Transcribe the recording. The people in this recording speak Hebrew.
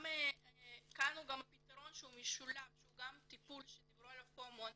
כאן גם הפתרון המשולב שהוא גם טיפול שדיברו עליו המון